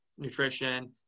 nutrition